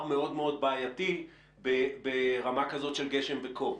מאוד מאוד בעייתי ברמה כזו של גשם וקור.